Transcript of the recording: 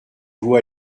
vous